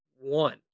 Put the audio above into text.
One